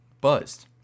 buzzed